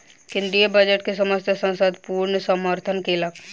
केंद्रीय बजट के समस्त संसद पूर्ण समर्थन केलक